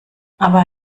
aber